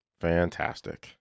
Fantastic